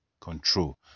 control